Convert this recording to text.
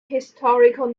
historical